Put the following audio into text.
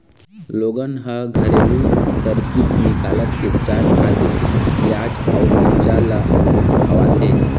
लोगन ह घरेलू तरकीब निकालत उपचार खातिर पियाज अउ मिरचा ल खवाथे